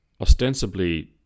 ostensibly